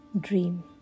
dream